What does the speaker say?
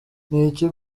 iki